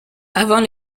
avant